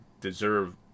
deserve